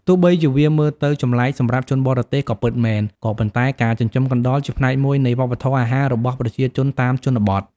ទោះបីជាវាមើលទៅចម្លែកសម្រាប់ជនបរទេសក៏ពិតមែន ក៏ប៉ុន្តែការចិញ្ចឹមកណ្តុរជាផ្នែកមួយនៃវប្បធម៌អាហាររបស់ប្រជាជនតាមជនបទ។